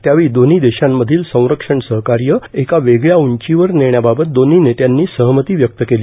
त्यावेळी दोन्ही देशांमधील संरक्षण सहकार्य एका वेगळ्या उंचीवर नेण्याबाबत दोन्ही नेत्यांनी सहमती व्यक्त केली